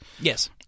Yes